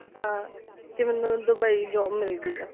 ਹਾਂ ਕਿ ਮੈਨੂੰ ਦੁਬਈ ਜੋਬ ਮਿਲ ਗਈ ਆ